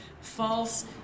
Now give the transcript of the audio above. false